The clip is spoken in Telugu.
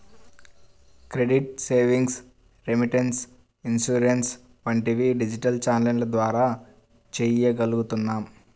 క్రెడిట్, సేవింగ్స్, రెమిటెన్స్, ఇన్సూరెన్స్ వంటివి డిజిటల్ ఛానెల్ల ద్వారా చెయ్యగలుగుతున్నాం